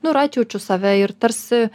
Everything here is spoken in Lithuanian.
nu ir atjaučiu save ir tarsi